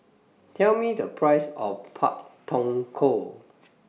Tell Me The Price of Pak Thong Ko